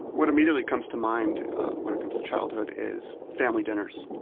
what immediately comes to mind when it comes to childhood is family dinners.